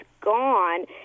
gone